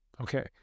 Okay